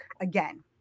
again